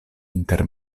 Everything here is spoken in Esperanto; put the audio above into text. inter